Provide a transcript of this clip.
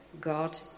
God